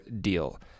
deal